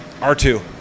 R2